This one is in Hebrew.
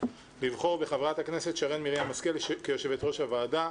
לבחור בחברת הכנסת שרן מרים השכל כיו"ר הוועדה.